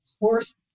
horse